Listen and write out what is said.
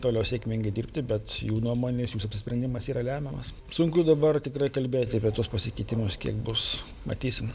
toliau sėkmingai dirbti bet jų nuomonės jūs apsisprendimas yra lemiamas sunku dabar tikrai kalbėti apie tuos pasikeitimus kiek bus matysim